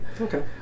Okay